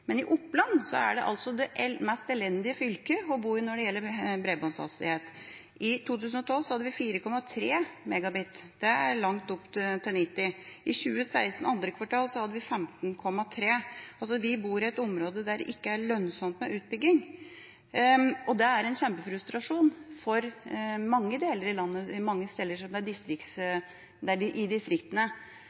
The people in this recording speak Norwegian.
Men Oppland er det mest elendige fylket å bo i når det gjelder bredbåndshastighet. I 2012 hadde vi 4,3 Mbit/s – det er langt opp til 90 Mbit/s. I 2016, andre kvartal hadde vi 15,3 Mbit/s. Vi bor i et område der det ikke er lønnsomt med utbygging, og det er en kjempefrustrasjon i distriktene. Før i